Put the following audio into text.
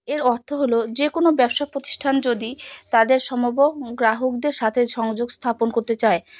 এর অর্থ হলো যে কোনো ব্যবসায়ী প্রতিষ্ঠান যদি তাদের সমগ্র গ্রাহকদের সাথে সংযোগ স্থাপন করতে চায়